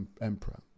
emperor